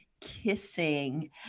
kissing